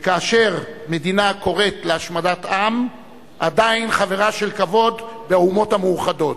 וכאשר מדינה הקוראת להשמדת עם עדיין חברה של כבוד באומות המאוחדות.